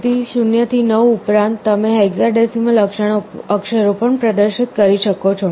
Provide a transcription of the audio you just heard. તેથી 0 થી 9 ઉપરાંત તમે હેક્સાડેસિમલ અક્ષરો પણ પ્રદર્શિત કરી શકો છો